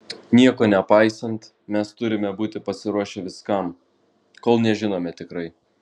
nieko nepaisant mes turime būti pasiruošę viskam kol nežinome tikrai